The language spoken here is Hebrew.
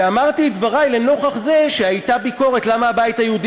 ואמרתי את דברי לנוכח זה שהייתה ביקורת למה הבית היהודי